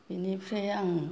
बिनिफ्राय आं